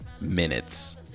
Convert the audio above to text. minutes